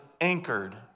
anchored